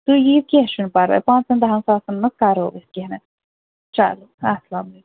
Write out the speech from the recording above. تُہۍ ییٖو کیٚنٛہہ چھُنہٕ پَرواے پانٛژَن دَہَن ساسَن منٛز کَرو أسۍ کیٚنٛہہ نتہٕ چلو اسلام علیکُم